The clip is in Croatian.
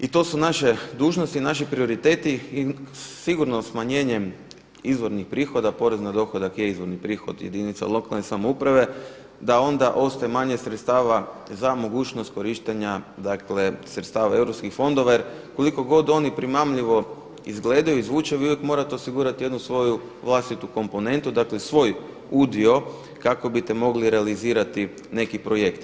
I to su naše dužnosti i naši prioriteti i sigurno smanjenjem izvornih prihoda, porez na dohodak je izvorni prihod jedinica lokalne samouprave da onda ostaje manje sredstava za mogućnost korištenja dakle sredstava europskih fondova jer koliko god oni primamljivo izgledaju i zvuče vi uvijek morate osigurati jednu svoju vlastitu komponentu, dakle svoj udio kako biste mogli realizirati neki projekt.